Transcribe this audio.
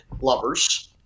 lovers